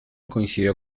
coincidió